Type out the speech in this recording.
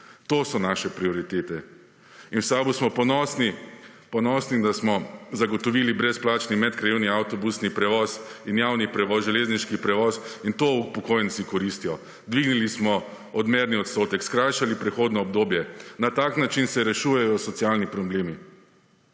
To so naše prioritete. In v SAB-u smo ponosni, da smo zagotovili brezplačni medkrajevni avtobusni prevoz in javni prevoz, železniški prevoz in to upokojenci koristijo. Dvignili smo odmerni odstotek, skrajšali prehodno obdobje. Na tak način se rešujejo socialni problemi.